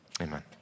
amen